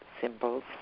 symbols